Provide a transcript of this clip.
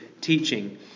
teaching